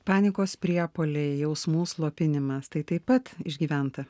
panikos priepuoliai jausmų slopinimas tai taip pat išgyventa